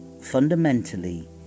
fundamentally